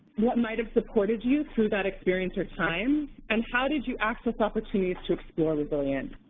what might have supported you through that experience or time and how did you access opportunities to explore resilience?